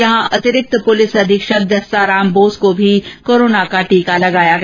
यहां अतिरिक्त पुलिस अधीक्षक जस्सा राम बोस को भी कोरोना का टीका लगाया गया